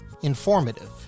Informative